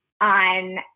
on